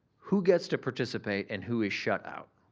who gets to participate and who is shut out,